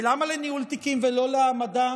ולמה לניהול תיקים ולא להעמדה